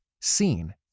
seen